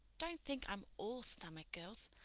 don't think i'm all stomach, girls.